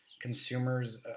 consumers